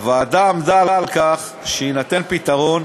הוועדה עמדה על כך שיינתן פתרון